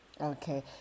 okay